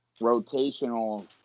rotational